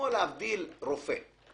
להבדיל, זה כמו רופא.